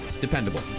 dependable